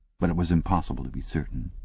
but it was impossible to be certain.